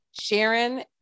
Sharon